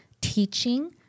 teaching